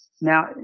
now